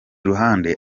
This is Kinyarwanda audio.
ruhande